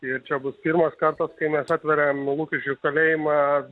ir čia bus pirmas kartas kai mes atveriam lukiškių kalėjimą